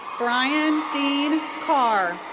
brian dean carr.